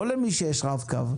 לא למי שיש רב-קו.